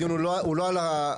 הדיון הוא לא על המהות,